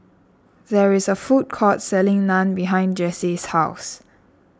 there is a food court selling Naan behind Jase's house